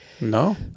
no